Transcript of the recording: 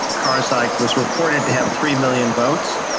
karzai was reported to have three million votes,